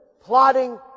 plotting